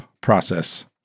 process